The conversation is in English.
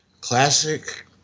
Classic